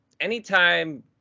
anytime